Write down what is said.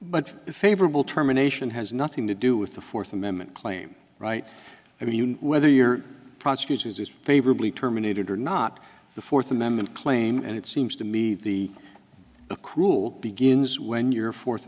but favorable terminations has nothing to do with the fourth amendment claim right i mean whether you're prosecution is favorably terminated or not the fourth amendment claim and it seems to me the a cruel begins when your fourth